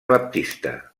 baptista